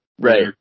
Right